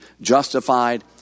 justified